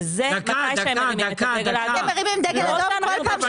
וזה מתי שמרימים את הדגל